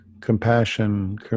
Compassion